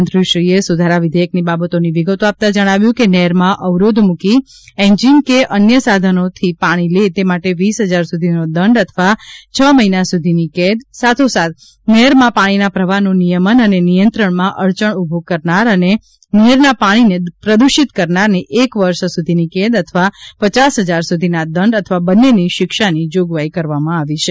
મંત્રીશ્રીએ સુધારા વિધેયકની બાબતોની વિગતો આપતાં જણાવ્યું કે નહેરમાં અવરોધ મૂકી એન્જીન કે અન્ય સાધનોથી પાણી લે તે માટે વીસ હજાર સુધીનો દંડ અથવા છ મહિના સુધીની કેદ સાથોસાથ નહેરમાં પાણીના પ્રવાહનું નિયમન અને નિયંત્રણમાં અડચણ ઊભ્ર કરનાર અને નહેરના પાણીને પ્રદ્ધષિત કરનારને એક વર્ષ સુધીની કેદ અથવા પચાસ હજાર સુધીના દંડ અથવા બંનેની શિક્ષાની જોગવાઈ કરવામાં આવી છે